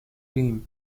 claim